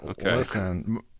Listen